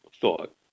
thought